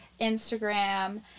Instagram